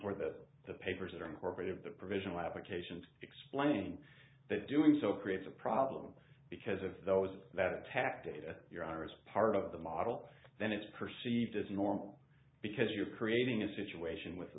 or that the papers are incorporated the provisional applications explain that doing so creates a problem because of those that attack data your honor is part of the model then it's perceived as normal because you're creating a situation with